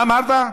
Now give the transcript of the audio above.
מה אמרת?